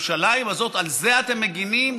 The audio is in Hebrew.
ירושלים הזאת, על זה אתם מגינים?